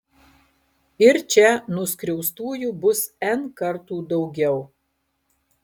ir čia nuskriaustųjų bus n kartų daugiau